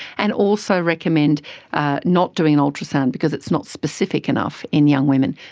and also recommend ah not doing ultrasound because it's not specific enough in young women.